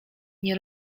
nie